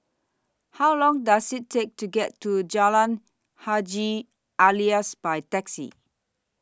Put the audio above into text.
How Long Does IT Take to get to Jalan Haji Alias By Taxi